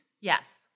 Yes